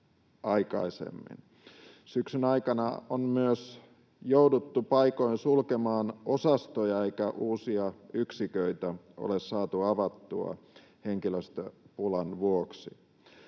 Syksyn aikana on myös jouduttu paikoin sulkemaan osastoja, eikä uusia yksiköitä ole saatu avattua henkilöstöpulan vuoksi.